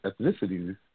ethnicities